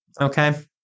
okay